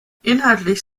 inhaltlich